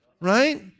right